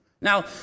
Now